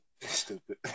Stupid